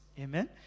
Amen